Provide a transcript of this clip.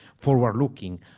forward-looking